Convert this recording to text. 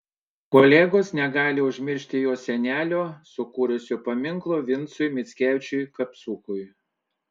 kolegos negali užmiršti jo senelio sukūrusio paminklą vincui mickevičiui kapsukui